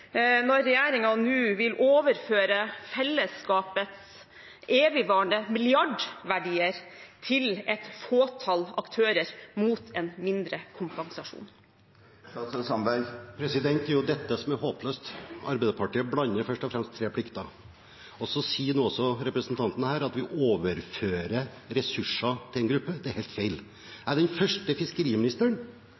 når regjeringen nå vil overføre fellesskapets evigvarende milliardverdier til et fåtall aktører mot en mindre kompensasjon? Det er jo dette som er håpløst. Arbeiderpartiet blander først og fremst tre plikter. Å si, som representanten her gjør, at vi overfører ressurser til én gruppe, er helt feil.